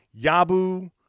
Yabu